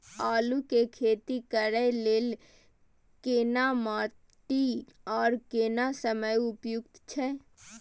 आलू के खेती करय के लेल केना माटी आर केना समय उपयुक्त छैय?